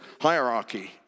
hierarchy